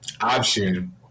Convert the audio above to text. option